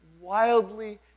wildly